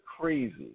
crazy